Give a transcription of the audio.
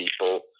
people